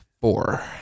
Four